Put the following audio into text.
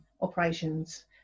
operations